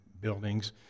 buildings